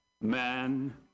man